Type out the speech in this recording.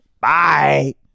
Bye